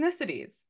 ethnicities